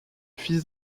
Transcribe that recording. fils